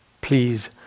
Please